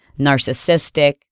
narcissistic